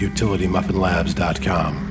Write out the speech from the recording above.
UtilityMuffinLabs.com